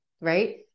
right